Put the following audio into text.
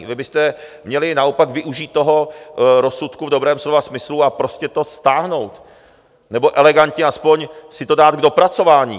Vy byste měli naopak využít toho rozsudku v dobrém slova smyslu a prostě to stáhnout, nebo elegantně aspoň si to dát k dopracování.